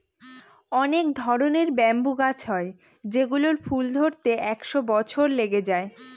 অনেক ধরনের ব্যাম্বু গাছ হয় যেগুলোর ফুল ধরতে একশো বছর লেগে যায়